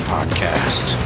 Podcast